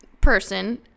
person